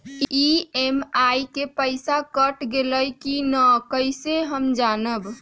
EMI के पईसा कट गेलक कि ना कइसे हम जानब?